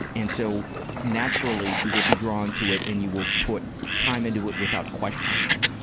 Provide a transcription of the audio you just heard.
and so naturally you will be drawn to it and you will put time into it without questioning it.